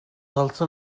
also